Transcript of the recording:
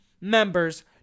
members